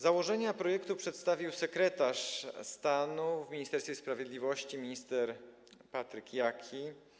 Założenia projektu przedstawił sekretarz stanu w Ministerstwie Sprawiedliwości minister Patryk Jaki.